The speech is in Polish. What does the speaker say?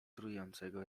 trującego